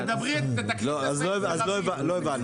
לא אז לא הבנו.